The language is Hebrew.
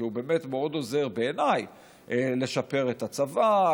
כי הוא באמת מאוד עוזר בעיניי לשפר את הצבא,